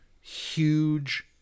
huge